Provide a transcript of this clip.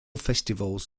festivals